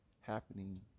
happening